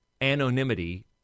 anonymity